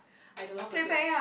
I don't know how to play